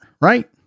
right